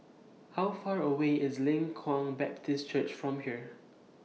How Far away IS Leng Kwang Baptist Church from here